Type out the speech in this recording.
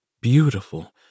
beautiful